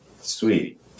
sweet